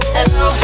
Hello